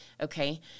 okay